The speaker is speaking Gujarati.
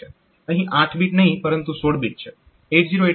અહીં 8 બીટ નહિ પરંતુ 16 બીટ છે